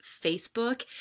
Facebook